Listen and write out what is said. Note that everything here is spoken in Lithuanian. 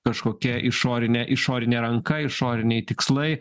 kažkokia išorinė išorinė ranka išoriniai tikslai